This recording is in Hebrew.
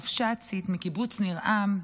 הרבש"צית מקיבוץ ניר עם,